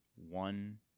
One